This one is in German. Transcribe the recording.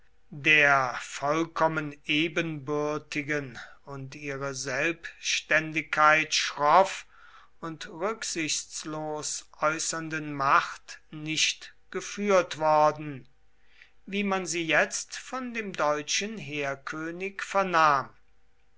der vollkommen ebenbürtigen und ihre selbständigkeit schroff und rücksichtslos äußernden macht nicht geführt worden wie man sie jetzt von dem deutschen heerkönig vernahm